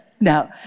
no